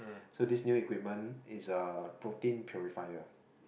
so this new equipment is a protein purifier